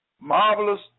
Marvelous